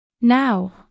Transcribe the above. Now—